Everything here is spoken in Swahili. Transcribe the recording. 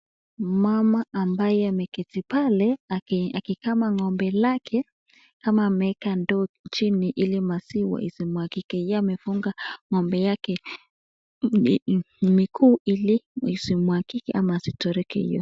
Mama ambaye ameketi pale akikama ng'ombe lake ama ameeka ndoo chini ili maziwa isimwagike, yeye amefunga ng'ombe yake miguu ili isimwagike ama asitoroke